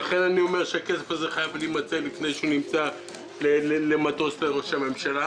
לכן אני אומר שהכסף הזה חייב להימצא לפני שהוא נמצא למטוס לראש הממשלה